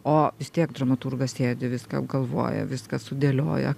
o vis tiek dramaturgas sėdi viską apgalvoja viską sudėlioja